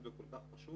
אם זה כל כך פשוט,